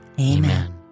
Amen